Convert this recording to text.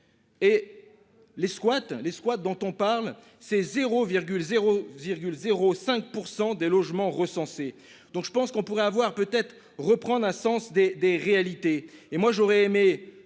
les squats dont on parle c'est zéro 0. 0 5% des logements recensés donc je pense qu'on pourrait avoir peut-être reprendre un sens des des réalités